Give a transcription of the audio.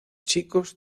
chicos